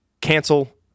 cancel